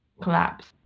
collapse